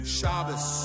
Shabbos